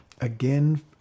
Again